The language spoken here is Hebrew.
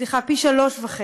סליחה, פי-3.5,